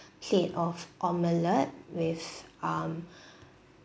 plate of omelette with um